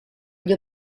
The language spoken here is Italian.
gli